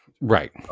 Right